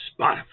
Spotify